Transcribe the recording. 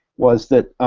was that